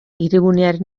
hirigunearen